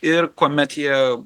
ir kuomet jie